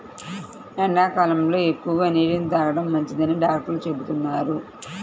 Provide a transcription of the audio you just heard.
ఎండాకాలంలో ఎక్కువగా నీటిని తాగడం మంచిదని డాక్టర్లు చెబుతున్నారు